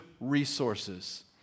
resources